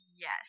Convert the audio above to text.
yes